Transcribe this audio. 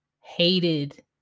hated